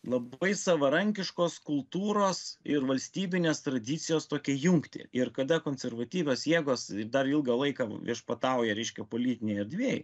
labai savarankiškos kultūros ir valstybinės tradicijos tokią jungtį ir kada konservatyvios jėgos dar ilgą laiką viešpatauja reiškia politinėj erdvėj